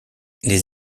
les